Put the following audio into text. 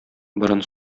борын